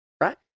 right